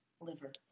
Liver